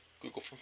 Google